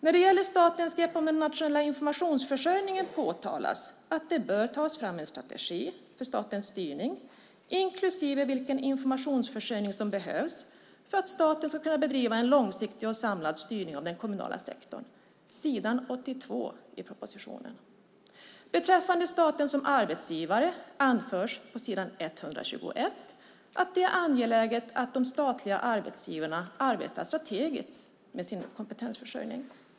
När det gäller statens grepp om den nationella informationsförsörjningen påtalas att det bör tas fram en strategi för statens styrning inklusive vilken informationsförsörjning som behövs för att staten ska kunna bedriva en långsiktig och samlad styrning av den kommunala sektorn. Det framgår av propositionen på s. 82. Beträffande staten som arbetsgivare anförs på s. 121 att det är angeläget att de statliga arbetsgivarna arbetar strategiskt med sin kompetensförsörjning.